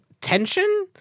tension